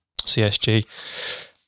CSG